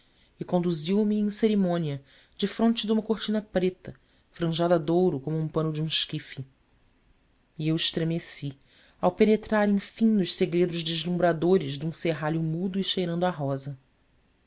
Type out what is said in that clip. e conduziu me em cerimônia defronte de uma cortina preta franjada de ouro como o pano de um esquife e eu estremeci ao penetrar enfim nos segredos deslumbradores de um serralho mudo e cheirando a rosa